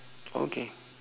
okay